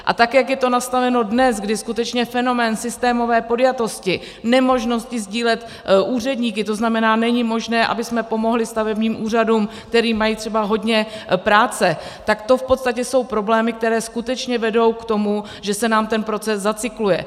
A tak jak je to nastaveno dnes, kdy skutečně fenomén systémové podjatosti, nemožnosti sdílet úředníky, to znamená, není možné, abychom pomohli stavebním úřadům, které mají třeba hodně práce, tak to v podstatě jsou problémy, které skutečně vedou k tomu, že se nám ten proces zacykluje.